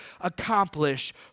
accomplish